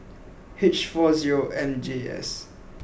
H four zero M J S